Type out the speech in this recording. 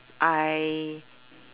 I